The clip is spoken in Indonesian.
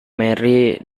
mary